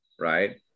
right